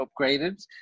upgraded